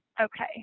Okay